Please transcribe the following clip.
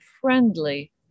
friendly